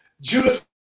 Judas